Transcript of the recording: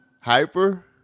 Hyper